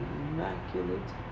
immaculate